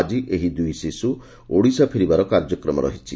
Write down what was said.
ଆଜି ଏହି ଦୁଇ ଶିଶୁ ଓଡ଼ିଶା ଫେରିବାର କାର୍ଯ୍ୟକ୍ରମ ରହିଛି